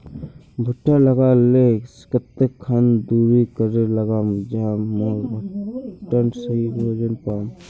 भुट्टा लगा ले कते खान दूरी करे लगाम ज मोर भुट्टा सही भोजन पाम?